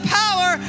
power